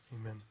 Amen